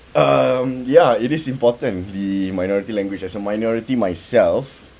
um ya it is important the minority language as a minority myself